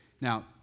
Now